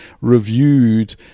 reviewed